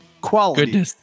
Quality